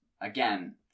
again